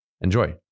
Enjoy